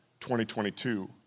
2022